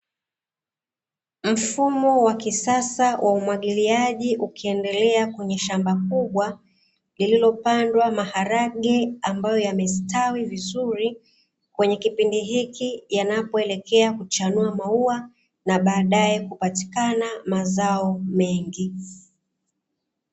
Mfumo wa kisasa wa umwagiliaji ukiendelea kwenye shamba kubwa, lililopandwa maharage ambayo yamestawi vizuri kwenye kipindi hiki yanapoelekea kuchanua maua na baadae kupatikana mazao mengi.